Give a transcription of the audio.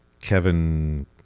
Kevin